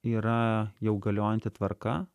yra jau galiojanti tvarka